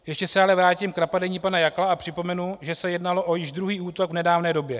Ještě se ale vrátím k napadení pana Jakla a připomenu, že se jednalo o již druhý útok v nedávné době.